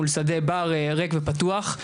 מול שדה בר ריק ופתוח,